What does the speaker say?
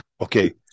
Okay